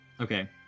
Okay